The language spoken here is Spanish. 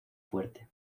fuerte